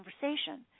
conversation